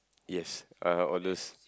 yes uh all those